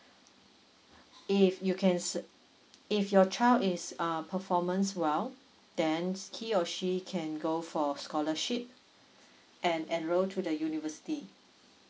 if you can if your child is um performance well then he or she can go for scholarship and enroll to the university